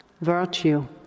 virtue